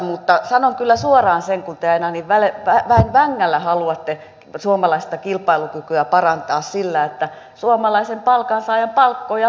mutta sanon kyllä suoraan sen kun te aina niin väen vängällä haluatte suomalaista kilpailukykyä parantaa sillä että suomalaisten palkansaajien palkkoja leikataan